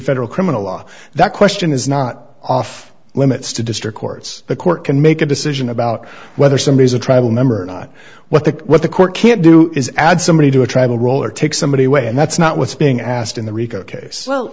federal criminal law that question is not off limits to district courts the court can make a decision about whether somebody is a tribal member not what the what the court can't do is add somebody to a tribal role or take somebody away and that's not what's being asked in the rico case well